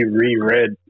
reread